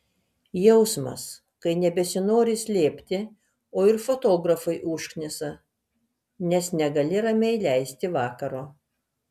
jausmas kai nebesinori slėpti o ir fotografai užknisa nes negali ramiai leisti vakaro